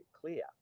clear